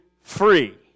free